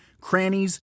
crannies